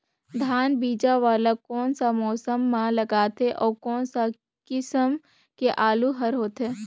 धान बीजा वाला कोन सा मौसम म लगथे अउ कोन सा किसम के आलू हर होथे?